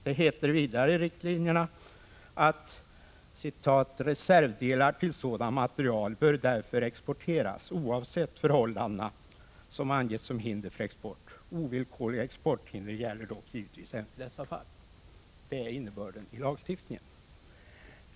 Det heter vidare i riktlinjerna att ”reservdelar till sådan materiel bör därför exporteras oavsett förhållandena som angivits som hinder för export”. Ovillkorliga exporthinder gäller dock givetvis även i dessa fall. Det är innebörden i lagstiftningen.